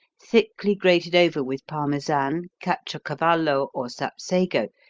thickly grated over with parmesan, caciocavallo or sapsago,